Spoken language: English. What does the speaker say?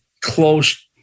close